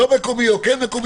לא מקומי או כן מקומי?